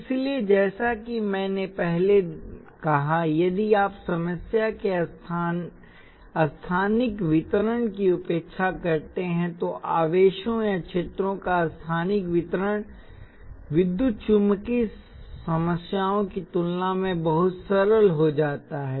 इसलिए जैसा कि मैंने पहले कहा यदि आप समस्या के स्थानिक विस्तार की उपेक्षा करते हैं तो आवेशों या क्षेत्रों का स्थानिक वितरण विद्युत चुम्बकीय समस्याओं की तुलना में बहुत सरल हो जाता है